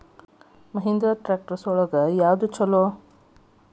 Mahindra tractor ನ್ಯಾಗ ಯಾವ್ದ ಛಲೋ?